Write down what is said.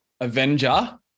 Avenger